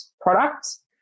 products